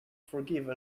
forgive